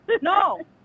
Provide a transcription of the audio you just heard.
no